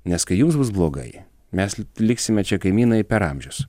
nes kai jums bus blogai mes liksime čia kaimynai per amžius